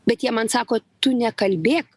bet jie man sako tu nekalbėk